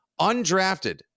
undrafted